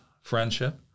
friendship